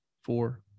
four